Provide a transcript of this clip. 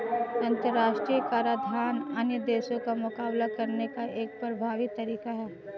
अंतर्राष्ट्रीय कराधान अन्य देशों का मुकाबला करने का एक प्रभावी तरीका है